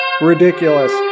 Ridiculous